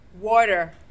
Water